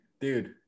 Dude